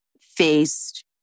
faced